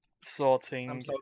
sorting